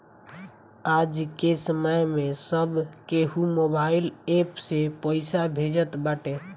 आजके समय में सब केहू मोबाइल एप्प से पईसा भेजत बाटे